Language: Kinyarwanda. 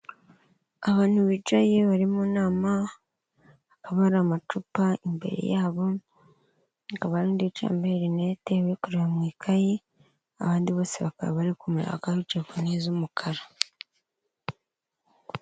Abantu bicaye bari mu nama hakaba hari amacupa imbere yabo, hakaba hari undi wambaye rinete uri kureba mu ikayi, abandi bose bakaba bari kumwe bakaba bicaye ku ntebe z'umukara.